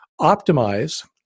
optimize